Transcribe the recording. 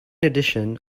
addition